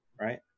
right